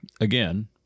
again